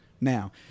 now